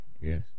Yes